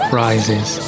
rises